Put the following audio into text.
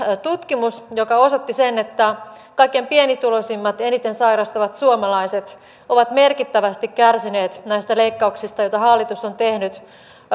tutkimus joka osoitti sen että kaikkein pienituloisimmat ja eniten sairastavat suomalaiset ovat merkittävästi kärsineet näistä leikkauksista joita hallitus on tehnyt